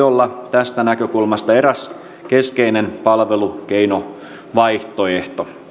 tästä näkökulmasta eräs keskeinen palvelukeinovaihtoehto